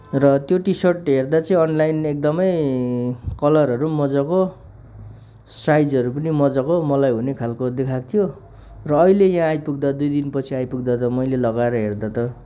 र त्यो T shirt हेर्दाचाहिँ अनलाइन एकदमै कलरहरू मजाको साइजहरू पनि मजाको मलाई हुने खालको देखाएको थियो र अहिले यहाँ आइपुग्दा दुईदिन पछि आइपुग्दा त मैले लगाएर हेर्दा त